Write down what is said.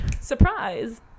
surprise